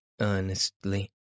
earnestly